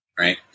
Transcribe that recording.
Right